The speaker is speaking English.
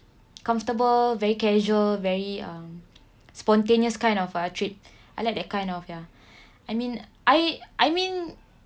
comfortable very casual very um spontaneous kind of ah trip I like that kind of ya I mean I I mean